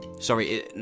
Sorry